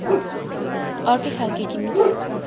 अर्कै खालके किन्नु